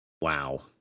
Wow